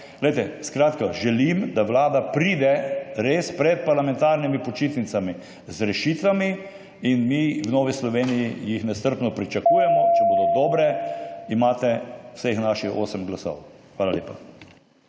evrov. Skratka, želim, da Vlada res pride pred parlamentarnimi počitnicami z rešitvami, in mi v Novi Sloveniji jih nestrpno pričakujemo. Če bodo dobre, imate vseh osem naših glasov. Hvala lepa.